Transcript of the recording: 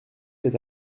cet